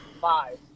five